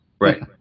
Right